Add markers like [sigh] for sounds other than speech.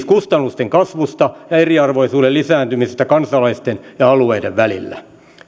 [unintelligible] kustannusten kasvusta ja eriarvoisuuden lisääntymisestä kansalaisten ja alueiden välillä